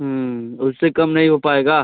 उससे कम नहीं हो पाएगा